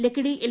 Lakkidi L